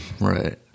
Right